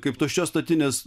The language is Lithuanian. kaip tuščios statinės